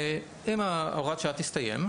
אם הוראת השעה תסתיים,